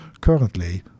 Currently